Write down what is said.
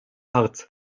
hart